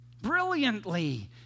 brilliantly